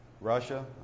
Russia